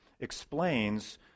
explains